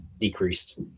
decreased